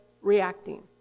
reacting